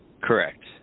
Correct